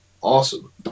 Awesome